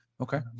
Okay